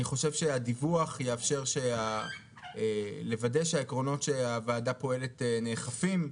אני חושב שהדיווח יאפשר לוודא שהעקרונות לפיהם הוועדה פועלת נאכפים.